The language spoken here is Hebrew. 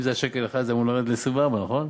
אם זה היה שקל אחד, זה אמור לרדת ל-24, נכון?